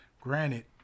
Granted